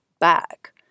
back